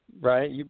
Right